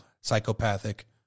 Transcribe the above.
psychopathic